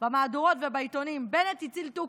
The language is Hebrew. במהדורות ובעיתונים: בנט הציל תוכי.